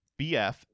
BF